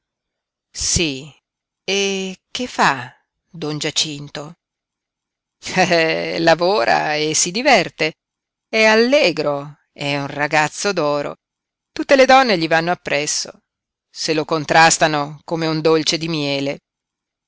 sí e che fa don giacinto eh lavora e si diverte è allegro è un ragazzo d'oro tutte le donne gli vanno appresso se lo contrastano come un dolce di miele